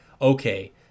okay